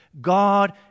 god